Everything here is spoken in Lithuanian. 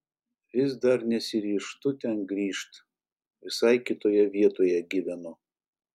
vis dar nesiryžtu ten grįžt visai kitoje vietoj gyvenu